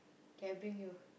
okay I bring you